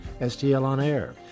stlonair